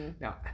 Now